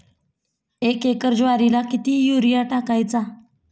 एक एकर ज्वारीला किती युरिया टाकायचा?